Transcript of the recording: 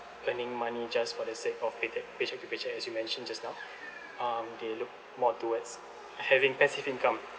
earning money just for the sake of payche~ paycheck to paycheck as you mentioned just now um they look more towards having passive income